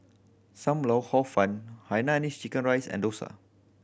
Sam Lau Hor Fun Hainanese chicken rice and dosa